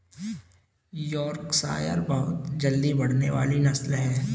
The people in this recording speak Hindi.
योर्कशायर बहुत जल्दी बढ़ने वाली नस्ल है